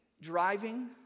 driving